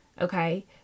okay